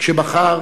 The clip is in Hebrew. כשבחר